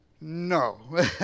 no